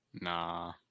Nah